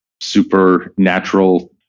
supernatural